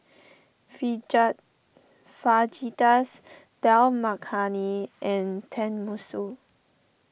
Fajitas Dal Makhani and Tenmusu